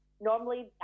normally